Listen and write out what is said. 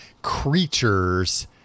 creatures